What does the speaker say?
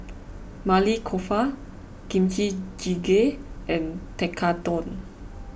Maili Kofta Kimchi Jjigae and Tekkadon